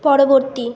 পরবর্তী